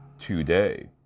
Today